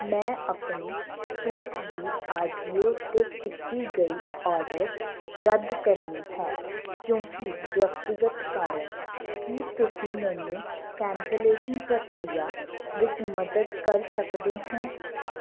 ਮੈਂ ਆਪਣੀ ਸੂਟ ਦੀ ਅਜੀਓ 'ਤੇ ਕੀਤੀ ਗਈ ਆਰਡਰ ਰੱਦ ਕਰਨੀ ਹੈ ਕਿਉਂਕਿ ਵਿਅਕਤੀਗਤ ਕਾਰਨ ਕੀ ਤੁਸੀਂ ਮੈਨੂੰ ਕੈਂਸਲੇਸ਼ਨ ਪ੍ਰਕਿਰਿਆ ਵਿੱਚ ਮਦਦ ਕਰ ਸਕਦੇ ਹੋ